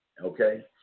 okay